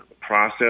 process